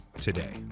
today